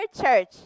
church